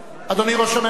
אדוני ראש הממשלה,